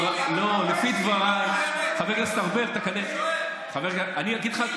לא, לפי דבריי, חבר הכנסת ארבל, אני אגיד לך,